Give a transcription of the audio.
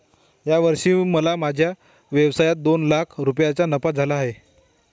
या वर्षी मला माझ्या व्यवसायात दोन लाख रुपयांचा नफा झाला आहे